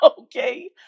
okay